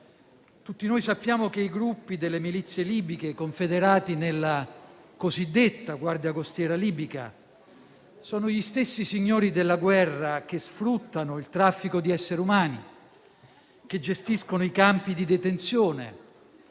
tutti noi sappiamo che i gruppi delle milizie libiche, confederati nella cosiddetta "guardia costiera libica", sono gli stessi signori della guerra che sfruttano il traffico di esseri umani e che gestiscono i campi di detenzione.